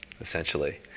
essentially